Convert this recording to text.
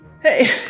hey